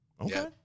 Okay